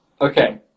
Okay